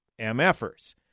MFers